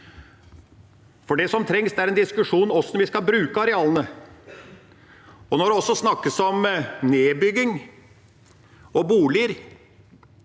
Det som trengs, er en diskusjon om hvordan vi skal bruke arealene. Det snakkes også om nedbygging og boliger.